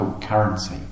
currency